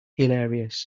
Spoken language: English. hilarious